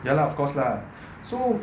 ya lah of course lah so